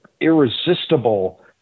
irresistible